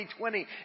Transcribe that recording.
2020